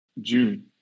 June